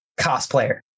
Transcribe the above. cosplayer